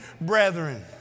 brethren